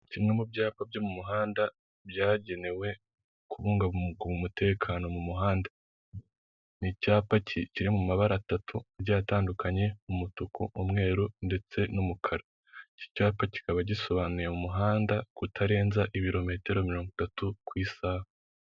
Kimwe mu byapa byo mu muhanda byagenewe kubungabunga umutekano mu muhanda ni icyapa kiri mu mabara atatu atandukanye umutuku, umweru, ndetse n'umukara, iki cyapa kikaba gisobanuye umuhanda kutarenza ibirometero mirongo itatu ku isaha.